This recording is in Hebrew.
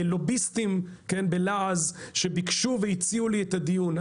לוביסטים בלעז שביקשו והציעו לי את הדיון.